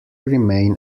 remain